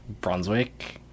Brunswick